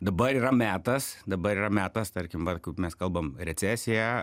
dabar yra metas dabar yra metas tarkim va kur mes kalbam recesija